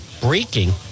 breaking